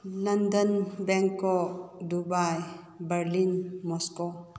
London Bangkok Dubai Berlin Moscow